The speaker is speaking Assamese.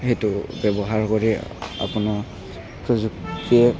সেইটো ব্যৱহাৰ কৰি আপোনাৰ প্ৰযুক্তিয়ে